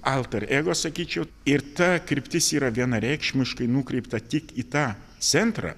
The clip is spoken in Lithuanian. alter ego sakyčiau ir ta kryptis yra vienareikšmiškai nukreipta tik į tą centrą